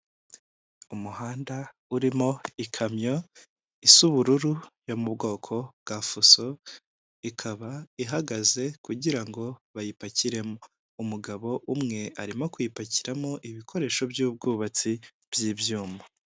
Umuhanda urimo ikamyo isa ubururu, yo mu bwoko bwa fuso, ikaba ihagaze kugira ngo bayipakiremo. Umugabo umwe arimo kuyipakiramo ibikoresho by'ubwubatsi, by'ibyuma.